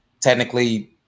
technically